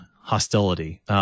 hostility